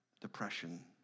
depression